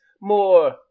more